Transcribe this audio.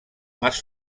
mas